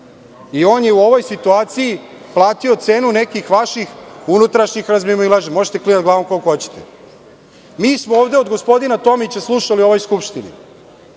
i on je u ovoj situaciji platio cenu nekih vaših unutrašnjih razmimoilaženja. Možete da klimate glavom koliko hoćete. Mi smo ovde od gospodina Tomića slušali da su žuti